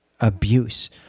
abuse